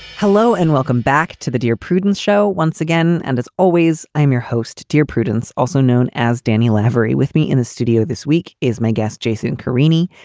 hello and welcome back to the dear prudence show once again. and as always, i'm your host, dear prudence, also known as daniell. every with me in the studio this week is my guest, jason carini,